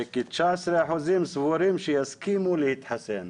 וכ-19% סבורים שיסכימו להתחסן,